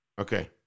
Okay